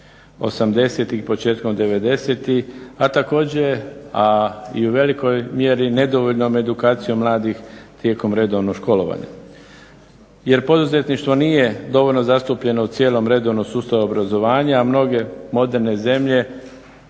80. početkom 90., a također, a i u velikoj mjeri nedovoljnom edukacijom mladih tijekom redovnog školovanja. Jer poduzetništvo nije dovoljno zastupljeno u cijelom redovnom sustavu obrazovanja, a mnoge moderne zemlje